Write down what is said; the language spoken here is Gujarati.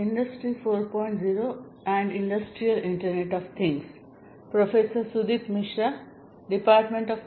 આ વ્યાખ્યાનમાં આપણે ઇન્ડસ્ટ્રી 4